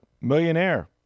millionaire